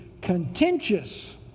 contentious